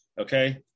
okay